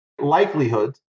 likelihood